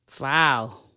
Wow